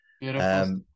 Beautiful